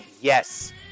yes